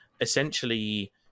essentially